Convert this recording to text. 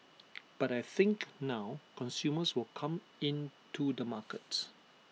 but I think now consumers will come in to the markets